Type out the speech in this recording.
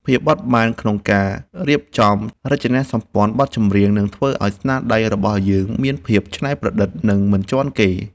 ភាពបត់បែនក្នុងការរៀបចំរចនាសម្ព័ន្ធបទចម្រៀងនឹងធ្វើឱ្យស្នាដៃរបស់យើងមានភាពច្នៃប្រឌិត និង មិនជាន់គេ។